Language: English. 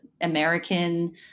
American